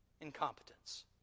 incompetence